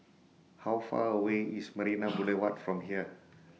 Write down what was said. How Far away IS Marina Boulevard from here